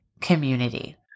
community